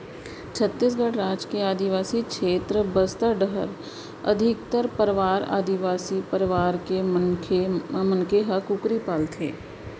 छत्तीसगढ़ राज के आदिवासी छेत्र बस्तर डाहर अधिकतर परवार आदिवासी परवार के मनखे ह कुकरी पालथें